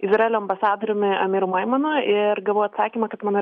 izraelio ambasadoriumi amir maimonu ir gavau atsakymą kad mano